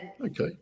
Okay